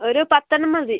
ഒരു പത്ത് എണ്ണം മതി